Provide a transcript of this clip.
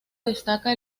destaca